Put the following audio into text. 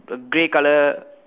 a grey colour